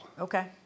Okay